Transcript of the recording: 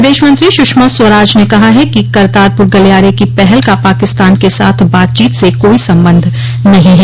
विदेशमंत्री सुषमा स्वराज ने कहा है कि करतारपुर गलियारे की पहल का पाकिस्तान के साथ बातचीत से कोई संबंध नहीं है